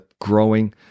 growing